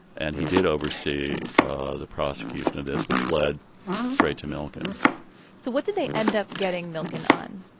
and he did oversee the prosecution of this, which led straight to milken so what did they end up getting milken on?